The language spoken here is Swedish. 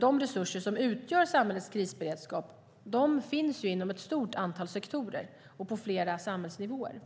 De resurser som utgör samhällets krisberedskap finns ju inom ett stort antal sektorer och på flera samhällsnivåer.